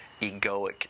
egoic